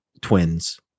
twins